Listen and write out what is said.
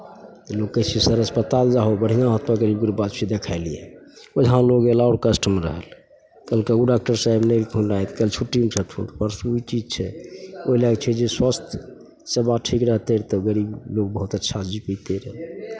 लोक कहै छै सदर अस्पताल जाहौ बढ़िआँ होतौ गरीब बुढ़बा छियै देखाय लिहे वहाँ लोक आओर कष्टमे रहल कहलकै ओ डॉक्टर साहेब नहि एलखुन आइ काल्हि छुट्टीमे छथुन परसू ई चीज छै ओहि लए कऽ छै जे स्वास्थ सेवा ठीक रहतै तब गरीब लोक बहुत अच्छासँ जी पयतै रहए